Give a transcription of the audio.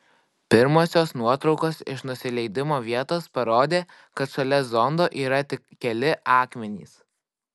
pirmosios nuotraukos iš nusileidimo vietos parodė kad šalia zondo yra tik keli akmenys